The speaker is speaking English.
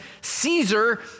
Caesar